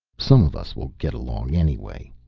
some of us will get along, anyway.